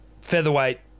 featherweight